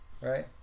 right